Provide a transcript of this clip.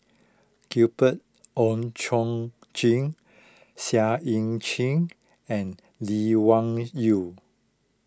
Gabriel Oon Chong Jin Seah Eu Chin and Lee Wung Yew